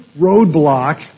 roadblock